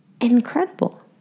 incredible